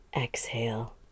exhale